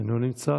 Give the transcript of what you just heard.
אינו נמצא.